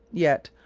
yet,